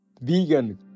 Vegan